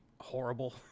horrible